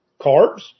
carbs